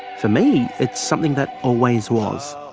for me it's something that always was.